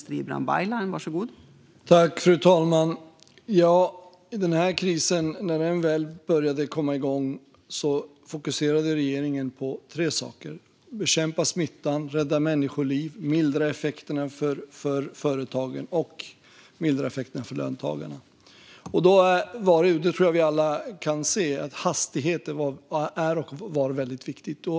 Fru talman! När den här krisen började komma igång fokuserade regeringen på tre saker: bekämpa smittan, rädda människoliv och mildra effekterna för företagen och löntagarna. Jag tror att vi alla kan se att hastighet var och är väldigt viktigt.